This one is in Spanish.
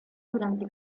durante